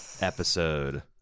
Episode